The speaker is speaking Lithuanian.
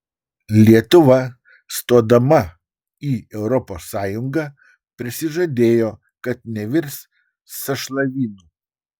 lietuva stodama į europos sąjungą prisižadėjo kad nevirs sąšlavynu